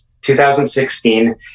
2016